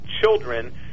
children